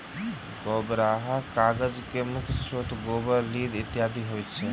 गोबराहा कागजक मुख्य स्रोत गोबर, लीद इत्यादि होइत अछि